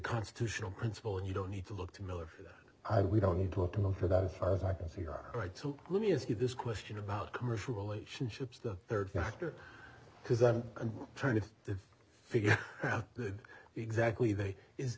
constitutional principle and you don't need to look to miller we don't need to have them for that as far as i can see are right so let me ask you this question about commercial relationships the third factor because i'm trying to figure out exactly that is